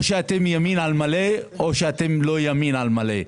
או שאתם ימין על מלא, או שאתם לא ימין על מלא.